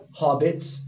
hobbits